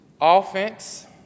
Offense